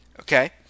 Okay